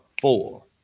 four